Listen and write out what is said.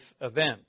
event